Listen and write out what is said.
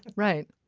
right.